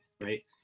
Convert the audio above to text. right